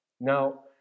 Now